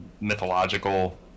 mythological